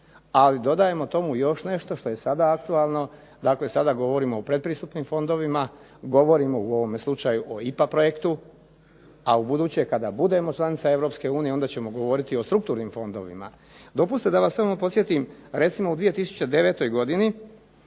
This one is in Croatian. Ali dodajemo tomu još nešto što je sada aktualno. Dakle, sada govorimo o predpristupnim fondovima, govorimo u ovome slučaju o IPA projektu, a u buduće kada budemo članica Europske unije onda ćemo govoriti o strukturnim fondovima. Dopustite da vas samo podsjetim. Recimo, u 2009. godini